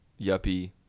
yuppie